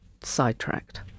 sidetracked